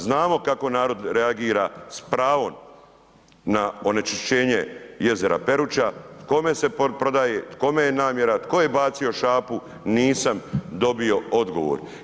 Znamo kako narod reagira s pravom na onečišćenje jezera Peruća, kome se prodaje, kome je namjera, tko je bacio šapu, nisam dobio odgovor.